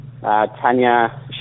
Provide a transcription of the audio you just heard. Tanya